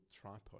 tripod